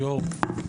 היו"ר,